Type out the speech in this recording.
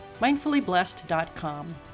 mindfullyblessed.com